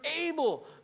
able